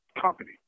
company